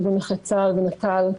ארגון נכי צה"ל ונט"ל,